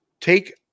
take